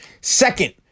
Second